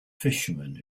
fishermen